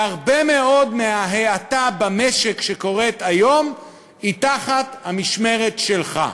והרבה מאוד מההאטה במשק שקורית היום היא תחת המשמרת שלך.